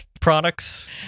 products